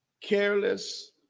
careless